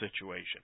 situation